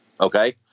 okay